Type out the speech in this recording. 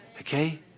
okay